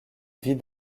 vit